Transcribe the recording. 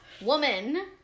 Woman